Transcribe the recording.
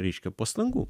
reiškia pastangų